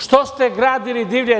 Što ste gradili divlje?